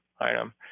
item